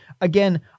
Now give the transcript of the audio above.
again